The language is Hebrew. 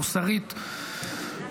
מוסרית,